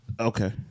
Okay